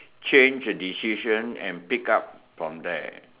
change a decision and pick up from there